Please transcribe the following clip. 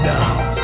Now